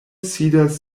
sidas